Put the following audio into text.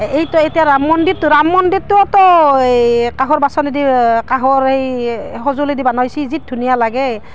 এইটো এতিয়া ৰাম মন্দিৰটো ৰাম মন্দিৰটোও ত' এই কাঁহৰ বাচনেদি কাঁহৰ এই সঁজুলি দি বনাইছে যি ধুনীয়া লাগে